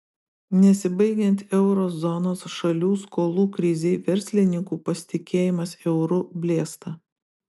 nesibaigiant euro zonos šalių skolų krizei verslininkų pasitikėjimas euru blėsta